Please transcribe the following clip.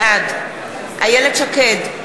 בעד איילת שקד,